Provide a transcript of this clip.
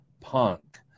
punk